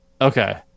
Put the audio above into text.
okay